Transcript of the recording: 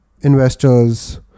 investors